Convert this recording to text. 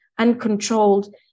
Uncontrolled